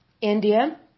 India